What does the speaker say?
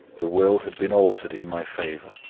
the will had been altered in my favor,